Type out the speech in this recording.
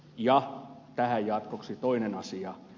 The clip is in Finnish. ja tähän jatkoksi toinen asia